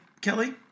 Kelly